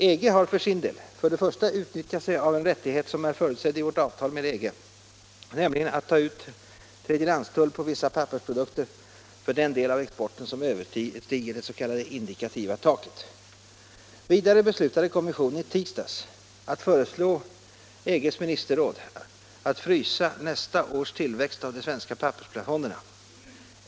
EG har för sin del för det första utnyttjat en rättighet som är förutsedd i vårt avtal med EG, nämligen att ta ut tredjelandstull på vissa pappersprodukter för den del av exporten som överstiger det s.k. indikativa taket. För det andra beslutade kommissionen i tisdags att föreslå EG:s ministerråd att frysa nästa års tillväxt av de svenska pappersplafonderna.